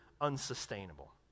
unsustainable